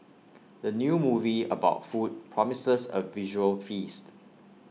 the new movie about food promises A visual feast